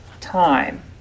time